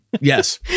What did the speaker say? yes